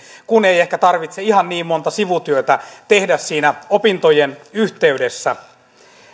kun ei ei ehkä tarvitse ihan niin monta sivutyötä tehdä siinä opintojen yhteydessä